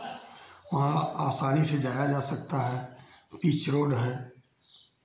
वहाँ आसानी से जाया जा सकता है पीच रोड है